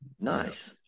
nice